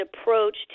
approach